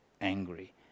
angry